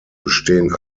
bestehen